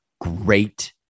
Great